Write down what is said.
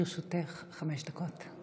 לרשותך חמש דקות.